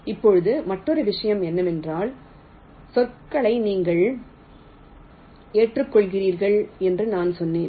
இப்போது மற்றொரு விஷயம் என்னவென்றால் சொற்களை நீங்கள் ஏற்றுக்கொள்கிறீர்கள் என்று நான் சொன்னேன்